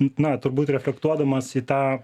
na turbūt reflektuodamas į tą